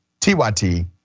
tyt